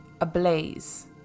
ablaze